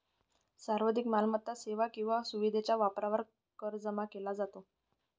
सार्वजनिक मालमत्ता, सेवा किंवा सुविधेच्या वापरावर कर जमा केला जातो